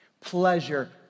Pleasure